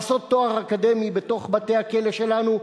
לעשות תואר אקדמי בתוך בתי-הכלא שלנו.